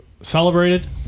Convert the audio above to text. celebrated